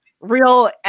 real